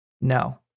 No